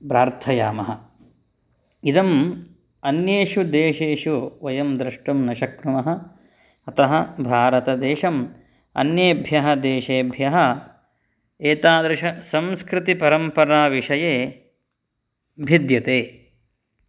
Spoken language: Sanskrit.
प्रार्थयामः इदम् अन्येषु देशेषु वयं द्रष्टुं न शक्नुमः अतः भारतदेशम् अन्येभ्यः देशेभ्यः एतादृशसंस्कृतिपरम्परा विषये भिद्यते